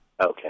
Okay